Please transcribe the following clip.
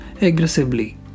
aggressively